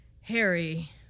Harry